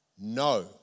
No